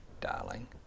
darling